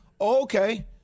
Okay